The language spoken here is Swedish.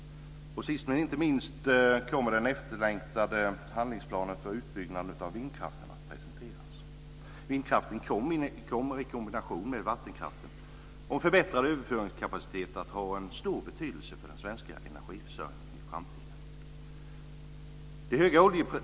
Sist, men inte minst, kommer den efterlängtade handlingsplanen för utbyggnaden av vindkraften att presenteras. Vindkraften kommer i kombination med vattenkraften och förbättrad överföringskapacitet att ha en stor betydelse för den svenska energiförsörjningen i framtiden.